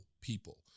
people